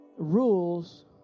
Rules